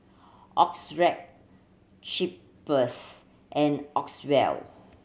Xorex Cheaper's and